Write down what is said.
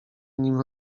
nim